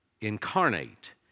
incarnate